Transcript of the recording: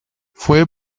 fue